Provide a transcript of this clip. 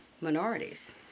minorities